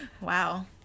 Wow